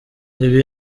ibi